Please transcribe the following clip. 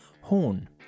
horn